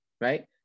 right